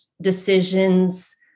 decisions